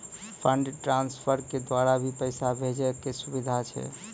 Fund transfer के द्वारा भी पैसा भेजै के सुविधा छै?